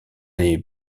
les